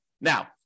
Now